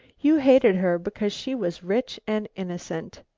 you hated her because she was rich and innocent.